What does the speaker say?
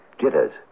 Jitters